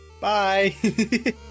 Bye